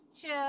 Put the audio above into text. chill